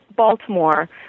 Baltimore